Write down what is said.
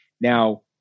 Now